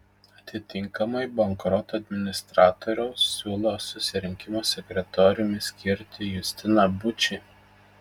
atitinkamai bankroto administratoriaus siūlo susirinkimo sekretoriumi skirti justiną bučį